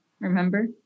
remember